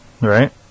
right